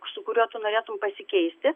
su kuriuo tu norėtum pasikeisti